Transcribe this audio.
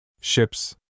Ships